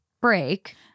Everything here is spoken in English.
break